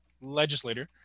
legislator